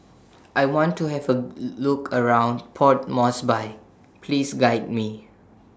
I want to Have A Look around Port Moresby Please Guide Me